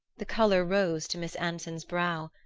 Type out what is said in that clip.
the color rose to miss anson's brow.